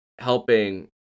Helping